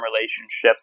relationships